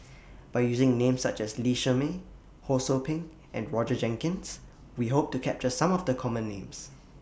By using Names such as Lee Shermay Ho SOU Ping and Roger Jenkins We Hope to capture Some of The Common Names